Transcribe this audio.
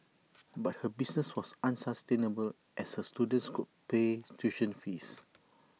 but her business was unsustainable as her students could pay tuition fees